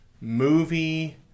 movie